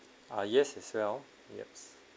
ah yes as well yes